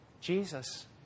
Jesus